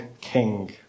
king